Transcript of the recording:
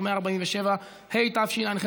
בסיכון (הזכות למעון יום) (תיקון,